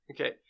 Okay